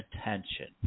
attention